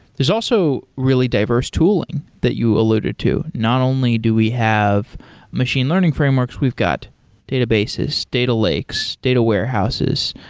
there's also really diverse tooling that you alluded to. not only do we have machine learning frameworks. we've got databases, data lakes, data warehouses,